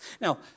Now